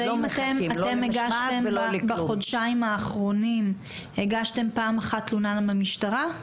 האם אכן אתם הגשתם בחודשיים האחרונים פעם אחת תלונה במשטרה?